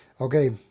Okay